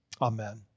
Amen